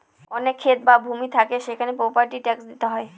অনেক ক্ষেত বা ভূমি থাকে সেখানে প্রপার্টি ট্যাক্স দিতে হয়